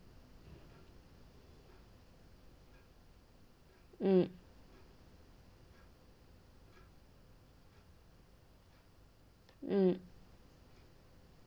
mm mm